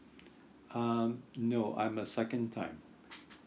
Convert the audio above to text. um no I'm a second time